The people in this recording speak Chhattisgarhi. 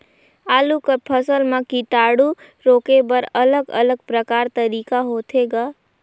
आलू कर फसल म कीटाणु रोके बर अलग अलग प्रकार तरीका होथे ग?